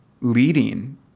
leading